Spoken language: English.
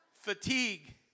Fatigue